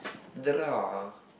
draw